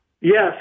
Yes